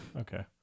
Okay